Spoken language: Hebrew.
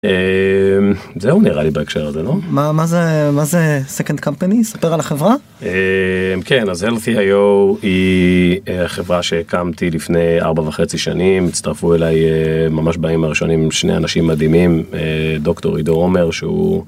זהו נראה לי בהקשר הזה לא מה זה מה זה סקנד קמפני ספר על החברה כן Healthy io היא חברה שהקמתי לפני ארבע וחצי שנים הצטרפו אליי ממש בימים הראשונים שני אנשים מדהימים דוקטור עידו עומר שהוא.